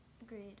Agreed